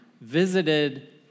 visited